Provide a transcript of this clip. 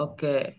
Okay